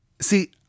See